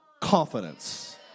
confidence